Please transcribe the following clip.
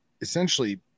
essentially